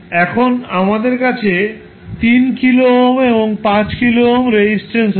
এখন আমাদের কাছে 3 কিলো ওহম এবং 5 কিলো ওহম রেজিস্ট্যান্স রয়েছে